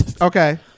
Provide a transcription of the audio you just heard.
Okay